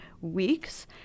weeks